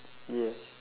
yes